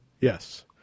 yes